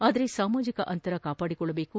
ಆದರೆ ಸಾಮಾಜಿಕ ಅಂತರ ಕಾಪಾಡಿಕೊಳ್ಳಬೇಕು